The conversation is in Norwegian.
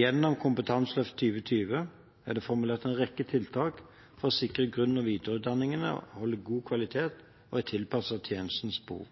Gjennom Kompetanseløft 2020 er det formulert en rekke tiltak for å sikre at grunn- og videreutdanningene holder god kvalitet og er tilpasset tjenestens behov.